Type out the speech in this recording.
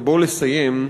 ובו לסיים,